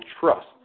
trust